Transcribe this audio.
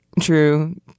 True